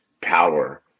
power